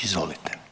Izvolite.